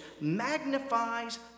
magnifies